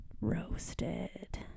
roasted